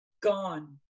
Gone